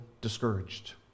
discouraged